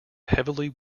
heavily